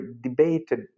debated